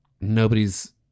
Nobody's